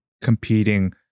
competing